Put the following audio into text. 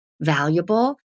valuable